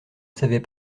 savez